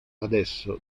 adesso